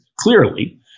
clearly